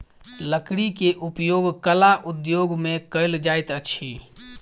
लकड़ी के उपयोग कला उद्योग में कयल जाइत अछि